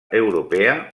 europea